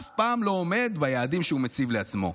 אף פעם לא עומד ביעדים שהוא מציב לעצמו.